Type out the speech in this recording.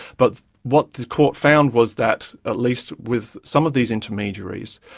but what the court found was that at least with some of these intermediaries,